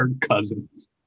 cousins